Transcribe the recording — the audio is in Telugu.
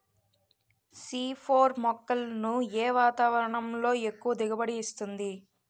సి ఫోర్ మొక్కలను ఏ వాతావరణంలో ఎక్కువ దిగుబడి ఇస్తుంది?